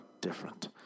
different